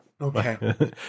Okay